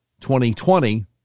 2020